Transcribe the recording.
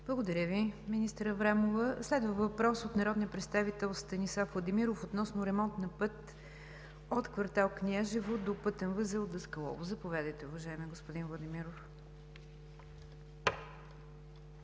Благодаря Ви, министър Аврамова. Следва въпрос от народния представител Станислав Владимиров относно ремонт на път от квартал Княжево до пътен възел Даскалово. Заповядайте, уважаеми господин Владимиров.